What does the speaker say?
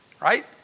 Right